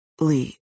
Lee